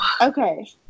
Okay